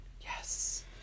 Yes